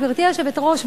גברתי היושבת-ראש,